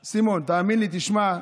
סימון, תאמין לי, תשמע,